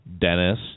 Dennis